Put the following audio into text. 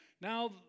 now